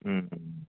ꯎꯝ